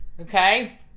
okay